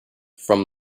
from